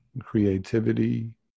creativity